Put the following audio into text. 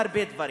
הרבה דברים,